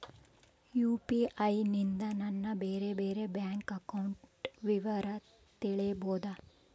UPI ನಿಂದ ನನ್ನ ಬೇರೆ ಬೇರೆ ಬ್ಯಾಂಕ್ ಅಕೌಂಟ್ ವಿವರ ತಿಳೇಬೋದ?